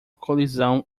colisão